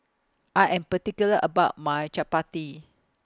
I Am particular about My Chapati